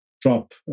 drop